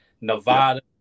Nevada